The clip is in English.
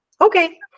okay